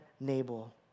Nabal